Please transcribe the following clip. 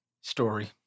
Story